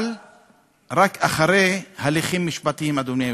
אבל רק אחרי הליכים משפטיים, אדוני היושב-ראש.